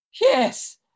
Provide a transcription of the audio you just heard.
Yes